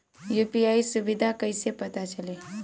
UPI सुबिधा कइसे पता चली?